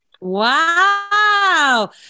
Wow